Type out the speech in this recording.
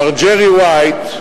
מר ג'רי ווייט,